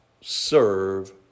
serve